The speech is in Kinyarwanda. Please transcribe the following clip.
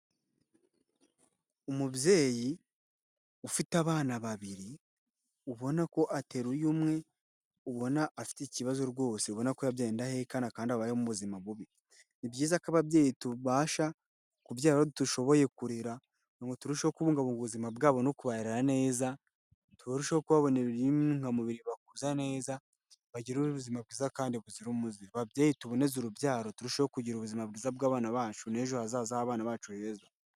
Umubyeyi ufite abana babiri; ubona ko ateruye umwe, ubona afite ikibazo rwose, ubona ko yabyaye indahekana kandi abayeho mu buzima bubi. Ni byiza ko ababyeyi tubasha, kubyara abo dushoboye kurera, kugira ngo turusheho kubungabunga ubuzima bwabo no kubarera neza, turusheho kubabonera iby'intungamubiri bibakuza neza, bagirire ubuzima bwiza kandi buzira umuze. Babyeyi tuboneze urubyaro turusheho kugira ubuzima bwiza bw'abana bacu n'ejo hazaza h'abana bacu heza.